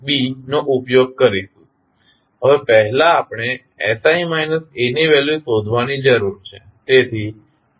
હવે પહેલા આપણે sI A ની વેલ્યુ શોધવાની જરૂર છે